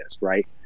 right